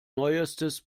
neuestes